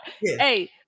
Hey